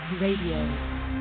Radio